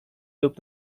lub